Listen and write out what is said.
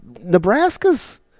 Nebraska's –